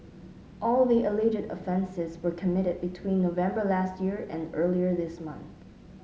all the alleged offences were committed between November last year and earlier this month